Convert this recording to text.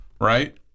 right